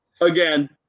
again